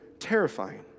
terrifying